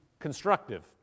Constructive